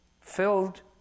filled